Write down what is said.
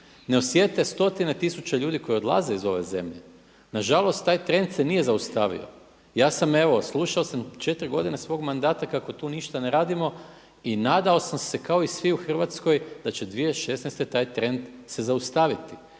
Ne osjete stotine tisuća ljudi koji odlaze iz ove zemlje. Na žalost taj trend se nije zaustavio. Ja sam evo, slušao sam četiri godine svog mandata kako tu ništa ne radimo i nadao sam se kao i svi u Hrvatskoj da će 2016. taj trend se zaustaviti.